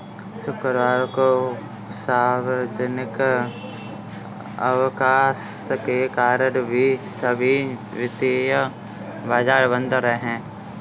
शुक्रवार को सार्वजनिक अवकाश के कारण सभी वित्तीय बाजार बंद रहे